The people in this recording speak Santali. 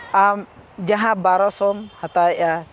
ᱟᱢ ᱡᱟᱦᱟᱸ ᱵᱟᱨᱳᱥᱚᱢ ᱦᱟᱛᱟᱣᱮᱫᱼᱟ